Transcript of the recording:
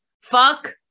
fuck